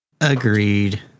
Agreed